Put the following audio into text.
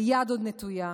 היד עוד נטויה.